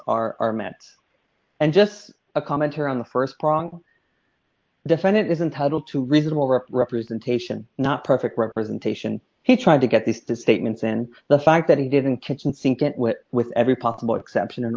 are met and just a commenter on the st prong defendant is entitled to reasonable representation not perfect representation he tried to get these to statements and the fact that he didn't kitchen sink with every possible exception a